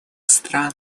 стран